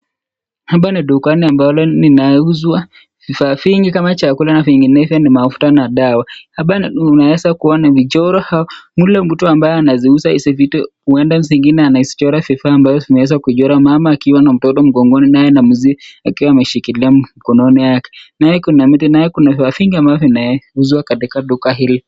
Hapa ni dukani ambalo linauzwa vifaa vingi kama vyakula na vinginevyo ni mafuta na dawa. Hapa unaweza kuona michoro, au yule mtu anaziuza hizi vitu huenda zingine anazichora vifaa ambazo ameweza kuchora, kuna mama akiwa na mtoto kwa mgongo na mzee anayeshika mkono yake. Naye kuna miti na vitu ambazo zinauzwa kwenye duka hili.